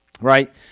right